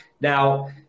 Now